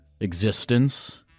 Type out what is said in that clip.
existence